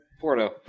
Porto